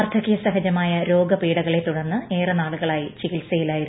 വാർദ്ധകൃസഹജമായ രോഗപീഡകളെ തുടർന്ന് ഏറെ നാളുകളായി ചികിത്സയിലായിരുന്നു